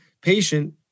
patient